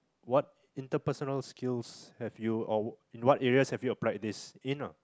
what interpersonal skills have you or what areas have you applied this in lah